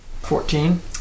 Fourteen